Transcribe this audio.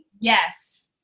Yes